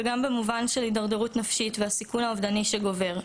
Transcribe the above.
וגם במובן של הידרדרות נפשית והסיכון האובדני שגובר.